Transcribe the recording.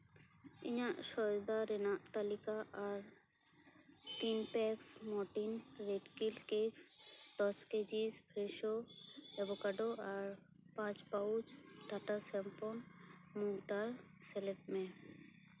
ᱤᱧᱟᱹᱜ ᱥᱚᱭᱫᱟ ᱨᱮᱱᱟᱜ ᱛᱟᱹᱞᱤᱠᱟ ᱟᱨ ᱛᱤᱱ ᱯᱮᱠᱥ ᱢᱚᱴᱤᱱ ᱵᱷᱮᱴᱠᱤᱞ ᱠᱤᱠᱥ ᱫᱚᱥ ᱠᱮᱡᱤ ᱯᱷᱨᱮᱥᱳ ᱡᱚᱵᱚ ᱠᱟᱰᱳ ᱟᱨ ᱯᱟᱸᱪ ᱯᱟᱣᱩᱪ ᱴᱟᱴᱟ ᱥᱮᱢᱯᱷᱚᱱ ᱢᱩᱜᱽᱰᱟᱞ ᱥᱮᱞᱮᱫ ᱢᱮ